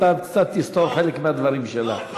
אתה קצת תסתור חלק מהדברים שלה.